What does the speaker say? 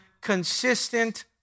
consistent